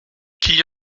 qu’y